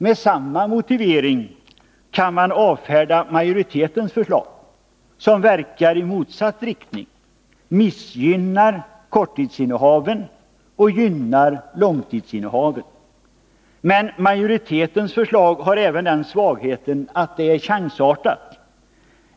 Med samma motivering kan man avfärda majoritetens förslag som verkar i motsatt riktning — missgynnar korttidsinnehaven och gynnar långtidsinnehaven. Men majoritetens förslag har även den svagheten att det är chansartat.